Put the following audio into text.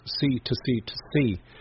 sea-to-sea-to-sea